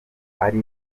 ari